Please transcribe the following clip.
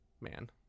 man